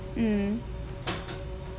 mm